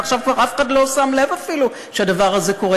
ועכשיו אף אחד כבר לא שם לב אפילו שהדבר הזה קורה,